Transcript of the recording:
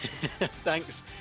Thanks